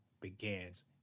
begins